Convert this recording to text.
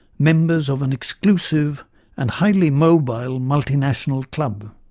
members of an exclusive and highly mobile multinational club,